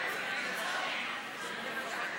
השלושה שנרשמו, כי אני סגרתי את